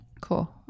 Cool